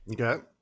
Okay